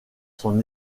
son